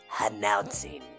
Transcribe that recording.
announcing